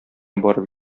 барып